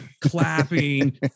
clapping